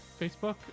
Facebook